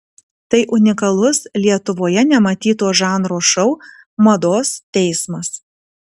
tai unikalus lietuvoje nematyto žanro šou mados teismas